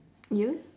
you